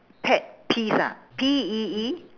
pet peeves ah P E E